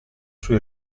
sui